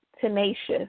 tenacious